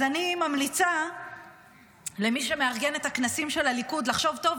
אז אני ממליצה למי שמארגן את הכנסים של הליכוד לחשוב טוב